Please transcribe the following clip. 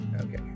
okay